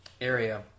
area